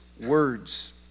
words